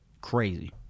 crazy